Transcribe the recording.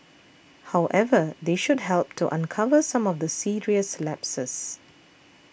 however they should help to uncover some of the serious lapses